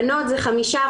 בנות זה 5%-15%,